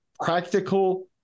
practical